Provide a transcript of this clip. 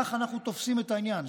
כך אנחנו תופסים את העניין,